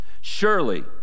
Surely